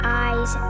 eyes